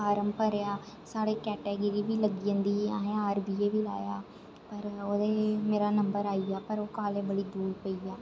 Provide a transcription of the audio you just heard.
form भरेआ साढ़े category B लग्गी जंदी ही असें आरबीऐ बी लाया ओह्दे च मेरा नम्बर आई गेआ पर ओह् कालेज बड़ी दूर पेई गेआ